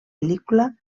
pel·lícula